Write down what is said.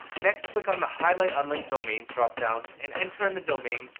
next, click on the highlight unlinked domains dropdown and enter in the domain,